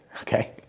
okay